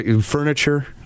furniture